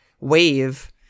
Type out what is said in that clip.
wave